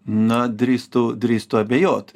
na drįstu drįstu abejot